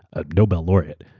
ah nobel laureate,